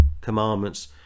commandments